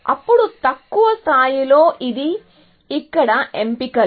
అప్పుడు తక్కువ స్థాయిలో ఇది ఇక్కడ ఎంపికలు